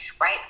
right